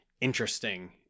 interesting